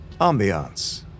Ambiance